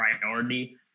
priority